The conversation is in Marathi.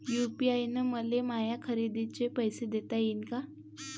यू.पी.आय न मले माया खरेदीचे पैसे देता येईन का?